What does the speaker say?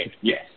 Yes